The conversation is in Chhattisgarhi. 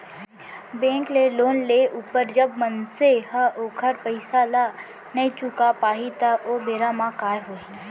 बेंक ले लोन लेय ऊपर जब मनसे ह ओखर पइसा ल नइ चुका पाही त ओ बेरा म काय होही